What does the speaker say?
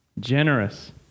Generous